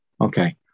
Okay